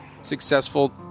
successful